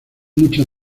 mucho